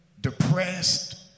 depressed